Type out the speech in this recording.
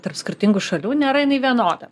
tarp skirtingų šalių nėra jinai vienoda